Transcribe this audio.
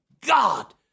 God